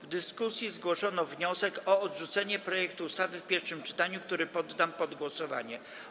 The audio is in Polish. W dyskusji zgłoszono wniosek o odrzucenie projektu ustawy w pierwszym czytaniu, który poddam pod głosowanie.